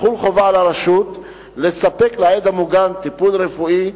תחול חובה על הרשות לספק לעד המוגן טיפול רפואי,